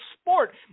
sport